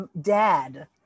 dad